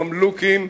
הממלוכים,